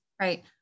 right